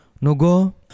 nogo